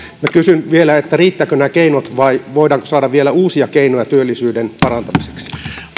minä kysyn vielä riittävätkö nämä keinot vai voidaanko saada vielä uusia keinoja työllisyyden parantamiseksi